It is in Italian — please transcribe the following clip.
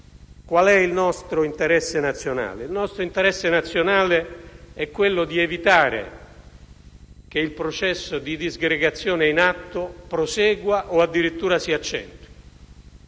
Qual è il nostro interesse nazionale? Il nostro interesse nazionale è quello di evitare che il processo di disgregazione in atto prosegua o addirittura si accentui.